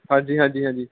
ਹਾਂਜੀ ਹਾਂਜੀ ਹਾਂਜੀ